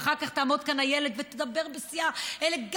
ואחר כך תעמוד כאן איילת ותדבר בשיא האלגנטיות,